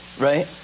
right